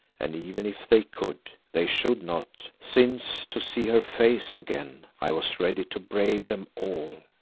and even if they could, they should not, since to see her face again i was ready to brave them all.